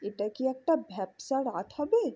এটা কি একটা ভ্যাপসা রাত হবে